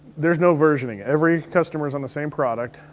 there's no versioning. every customer is on the same product,